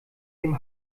dem